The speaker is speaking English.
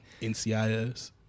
NCIS